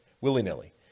willy-nilly